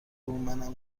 منم